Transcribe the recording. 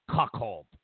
cuckold